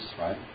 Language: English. right